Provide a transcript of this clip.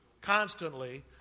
constantly